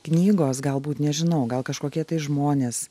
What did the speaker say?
knygos galbūt nežinau gal kažkokie tai žmonės